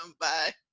Bye